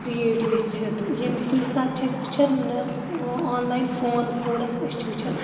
create گژھِتھ یمِس کُنہِ ساتہٕ چھِ أسۍ وٕچھان آن لاین فون کھوٗل اسہِ أسۍ چھِ وٕچھان